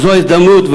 וזו ההזדמנות,